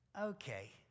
Okay